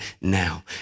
now